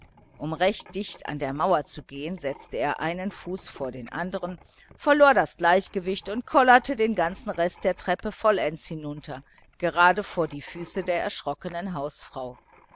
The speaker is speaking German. um recht dicht an der mauer zu gehen setzte er einen fuß vor den andern verlor das gleichgewicht und kollerte den ganzen rest der treppe hinunter gerade vor die füße der erschrockenen hausfrau